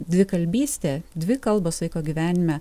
dvikalbystė dvi kalbos vaiko gyvenime